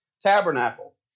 tabernacle